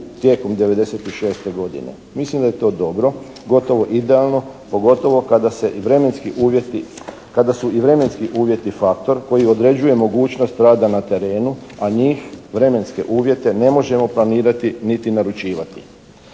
tijekom 96. godine. Mislim da je to dobro, gotovo idealno pogotovo kada su i vremenski uvjeti faktor koji određuje mogućnost rada na terenu, a njih, vremenske uvjete, ne možemo planirati niti naručivati.